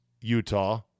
Utah